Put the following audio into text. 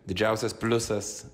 didžiausias pliusas